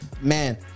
Man